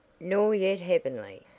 nor yet heavenly,